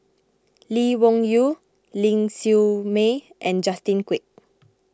Lee Wung Yew Ling Siew May and Justin Quek